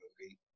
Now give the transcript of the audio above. movie